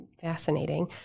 Fascinating